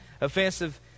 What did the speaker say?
offensive